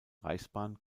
reichsbahn